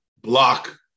block